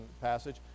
passage